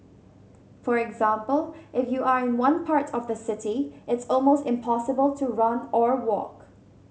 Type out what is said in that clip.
for example if you are in one part of the city it's almost impossible to run or walk